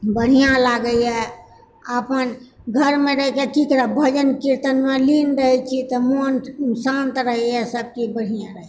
बढ़िया लागयए अपन घरमऽ रहिके की करब भजन कीर्तनमऽ लीन रहैत छी तऽ मोन शान्त रहयए सभचीज बढ़िआँ रहयए